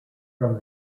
from